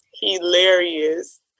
Hilarious